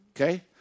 Okay